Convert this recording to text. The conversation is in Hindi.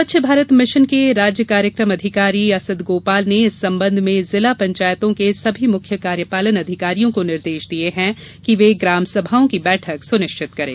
स्वच्छ भारत मिशन के राज्य कार्यक्रम अधिकारी असित गोपाल ने इस संबंध में जिला पंचयातों के सभी मुख्य कार्यपालन अधिकारियों को निर्देश दिये है कि वे ग्रामसभाओं की बैठक सुनिश्चित करें